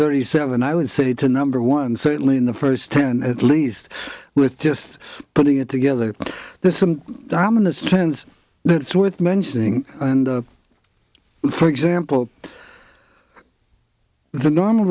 thirty seven i would say to number one certainly in the first ten at least with just putting it together there's some dominants plans that's worth mentioning and for example the normal